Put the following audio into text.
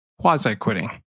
quasi-quitting